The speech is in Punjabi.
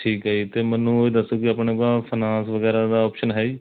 ਠੀਕ ਹੈ ਜੀ ਅਤੇ ਮੈਨੂੰ ਇਹ ਦੱਸੋ ਕਿ ਆਪਣੇ ਪਾ ਫਾਈਨਾਸ ਵਗੈਰਾ ਦਾ ਓਪਸ਼ਨ ਹੈ ਜੀ